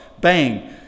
Bang